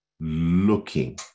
looking